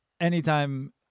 anytime